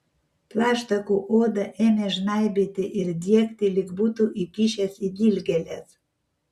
plaštakų odą ėmė žnaibyti ir diegti lyg būtų įkišęs į dilgėles